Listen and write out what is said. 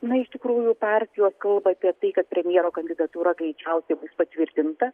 na iš tikrųjų partijos kalba apie tai kad premjero kandidatūra greičiausiai bus patvirtinta